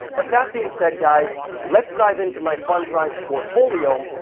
but that being said guys let's dive into my fundrise portfolio,